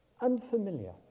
unfamiliar